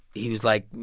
he was like,